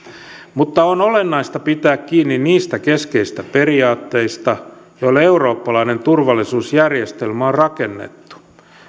mutta on olennaista pitää kiinni niistä keskeisistä periaatteista joille eurooppalainen turvallisuusjärjestelmä on rakennettu